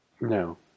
No